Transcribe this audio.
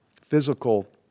physical